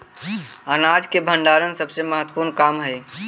अनाज के भण्डारण सबसे महत्त्वपूर्ण काम हइ